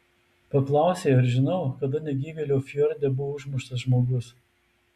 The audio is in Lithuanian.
paklausė ar žinau kada negyvėlio fjorde buvo užmuštas žmogus